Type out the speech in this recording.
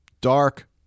dark